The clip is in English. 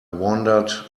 wandered